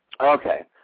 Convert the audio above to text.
okay